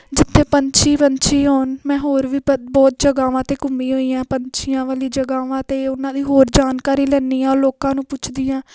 ਜਿੱਥੇ ਪੰਛੀ ਪੰਛੀ ਹੁਣ ਮੈਂ ਹੋਰ ਵੀ ਬਹੁਤ ਜਗ੍ਹਾਵਾਂ 'ਤੇ ਘੁੰਮੀ ਹੋਈ ਹਾਂ ਪੰਛੀਆਂ ਵਾਲੀ ਜਗ੍ਹਾਵਾਂ 'ਤੇ ਉਹਨਾਂ ਦੀ ਹੋਰ ਜਾਣਕਾਰੀ ਲੈਂਦੀ ਹਾਂ ਲੋਕਾਂ ਨੂੰ ਪੁੱਛਦੀ ਹਾਂ